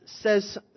says